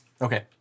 Okay